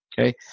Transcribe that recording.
Okay